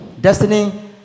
destiny